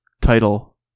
title